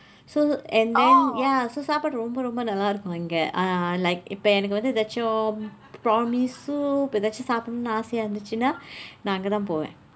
so and then ya so சாப்பாடு ரொம்ப ரொம்ப நல்லாயிருக்கும் இங்க:sappaadu rompa rompa nallaayirukkum ingka ah like இப்போ எனக்கு ஏதாவது:ippoo enakku eethaavathu prawn mee soup ஏதாவது சாப்பிட ஆசை இருந்ததுனா நான் அங்க தான் போவேன்:eethavathu saappida aasai irundthathunna naan angka thaan pooveen